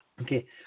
Okay